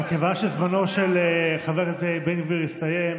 מכיוון שזמנו של חבר הכנסת בן גביר הסתיים,